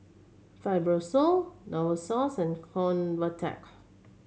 Fibrosol Novosource and Convatec